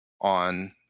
on